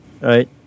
Right